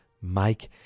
mike